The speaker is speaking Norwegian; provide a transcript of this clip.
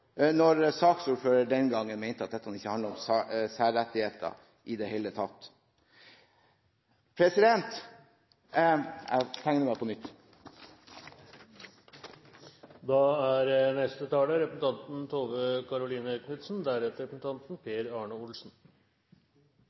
når saksordføreren den gangen mente at dette ikke hadde noe med særrettigheter å gjøre i det hele tatt. President – jeg tegner meg på nytt. Først vil jeg slutte meg til representanten